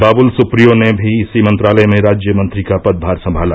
बाबुल सुप्रियो ने भी इसी मंत्रालय में राज्य मंत्री का पदभार संभाला